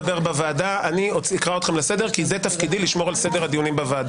התפרץ לדבריי בצעקות -- מה יש לך נגד יש עתיד?